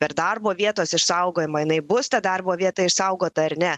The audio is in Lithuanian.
per darbo vietos išsaugojimą jinai bus ta darbo vieta išsaugota ar ne